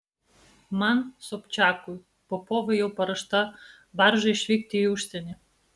man sobčiakui popovui jau paruošta barža išvykti į užsienį